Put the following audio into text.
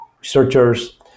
researchers